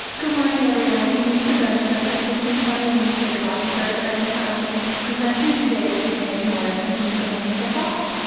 good morning everyone, elissa benson assistant county administrative officer, and i'm um presenting today with randy morris and he's gonna kick us off.